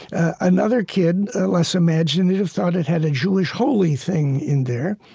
another kid, less imaginative, thought it had a jewish holy thing in there.